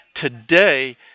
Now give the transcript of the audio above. Today